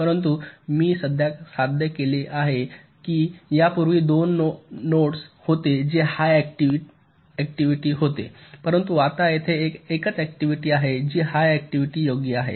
परंतु मी काय साध्य केले आहे की यापूर्वी तेथे दोन नोड्स होते जे हाय ऍक्टिव्हिटी होते परंतु आता तेथे एकच ऍक्टिव्हिटी आहे जी हाय ऍक्टिव्हिटी योग्य आहे